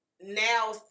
now